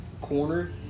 corner